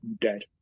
dead